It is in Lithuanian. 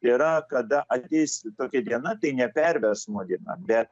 yra kada ateis tokia diena tai ne pervesmo diena bet